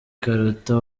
karuta